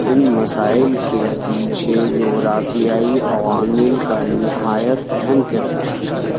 ان مسائل کے پیچھے جغرافیائی عوامل کا نہایت اہم کردار ہے